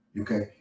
Okay